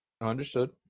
Understood